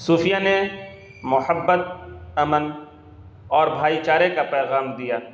صوفیہ نے محبت امن اور بھائی چارے کا پیغام دیا